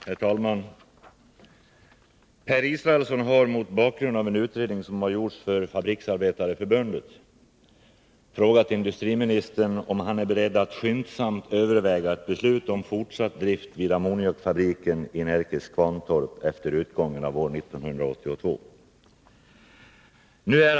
Herr talman! Per Israelsson har, mot bakgrund av en utredning som har gjorts för Fabriksarbetareförbundet, frågat industriministern om han är beredd att skyndsamt överväga ett beslut om fortsatt drift vid ammoniakfabriken i Närkes Kvarntorp efter utgången av år 1982.